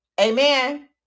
Amen